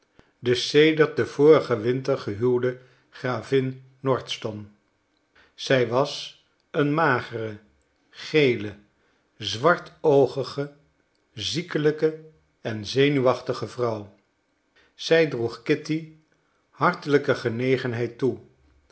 sedert den vorigen winter gehuwde gravin nordston zij was een magere gele zwartoogige ziekelijke en zenuwachtige vrouw zij droeg kitty hartelijke genegenheid toe